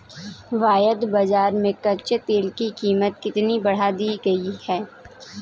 वायदा बाजार में कच्चे तेल की कीमत कितनी बढ़ा दी गई है?